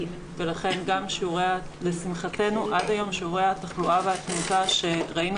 ולכן לשמחתנו עד היום שיעורי התחלואה והתמותה שראינו